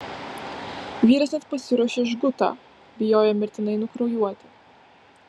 vyras net pasiruošė žgutą bijojo mirtinai nukraujuoti